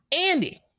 andy